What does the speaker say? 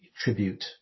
tribute